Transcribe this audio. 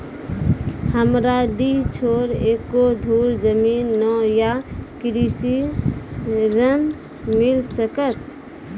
हमरा डीह छोर एको धुर जमीन न या कृषि ऋण मिल सकत?